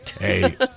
Hey